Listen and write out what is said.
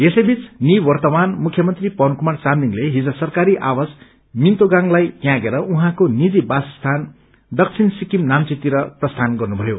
यसैबीच निर्क्तमान मुख्यमन्त्री पवन कुमार चामलिङले हिज सरकारी आवास मिन्तोगांगलाई त्यागेर उहाँको निजी वासस्थान दक्षिण सिक्किम नाम्वीतिर प्रस्यान गर्नुभयो